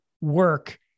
work